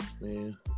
Man